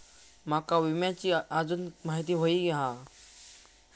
माका विम्याची आजून माहिती व्हयी हा?